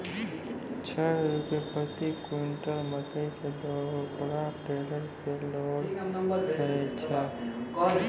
छह रु प्रति क्विंटल मकई के बोरा टेलर पे लोड करे छैय?